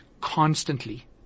constantly